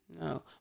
No